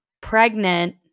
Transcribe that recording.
pregnant